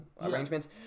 arrangements